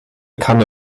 kanne